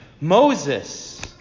Moses